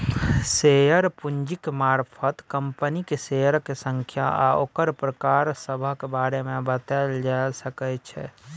share पूंजीक मारफत कंपनीक शेयरक संख्या आ ओकर प्रकार सभक बारे मे बताएल जाए सकइ जाइ छै